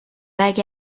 اگه